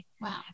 Wow